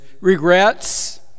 Regrets